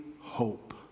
hope